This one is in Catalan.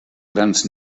grans